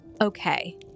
okay